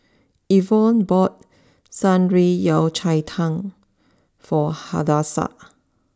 Evon bought Shan Rui Yao Cai Tang for Hadassah